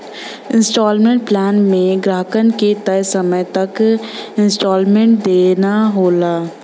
instalment plan में ग्राहकन के तय समय तक इन्सटॉलमेंट देना होला